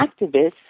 activists